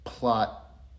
Plot